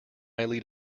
lead